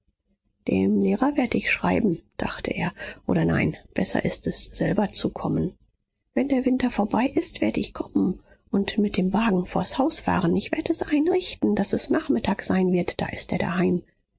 dem lehrer werd ich schreiben dachte er oder nein besser ist es selber zu kommen wenn der winter vorbei ist werd ich kommen und mit dem wagen vors haus fahren ich werd es einrichten daß es nachmittag sein wird da ist er daheim